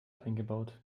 eingebaut